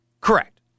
Correct